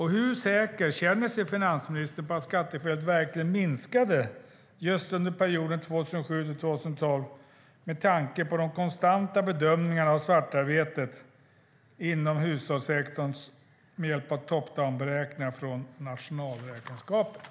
Hur säker känner sig finansministern på att skattefelet verkligen minskade under perioden 2007-2012 med tanke på de konstanta bedömningarna av svartarbetet inom hushållssektorn med hjälp av top-down-beräkningar från nationalräkenskaperna?